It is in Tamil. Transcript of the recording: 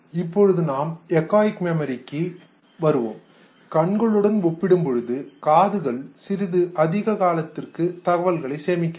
இப்பொழுது நாம் எக்கோயிக் மெமரிக்கு எதிரொலி நினைவு வருவோம் கண்களுடன் ஒப்பிடும்பொழுது காதுகள் சிறிது அதிக காலத்திற்கு தகவல்களை சேமிக்கிறது